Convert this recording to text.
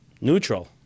Neutral